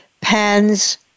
pens